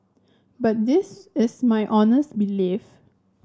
but this is my honest belief